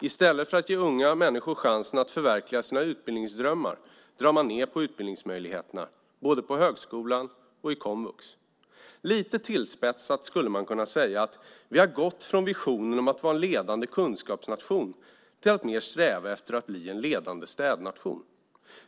I stället för att ge unga människor chansen att förverkliga sina utbildningsdrömmar drar man ned på utbildningsmöjligheterna, både i högskolan och i komvux. Lite tillspetsat skulle man kunna säga att vi har gått från visionen om att vara en ledande kunskapsnation till att sträva efter att bli en ledande städnation.